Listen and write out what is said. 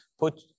put